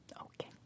Okay